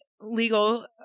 legal